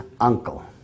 uncle